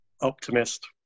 Optimist